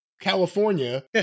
California